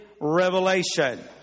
revelation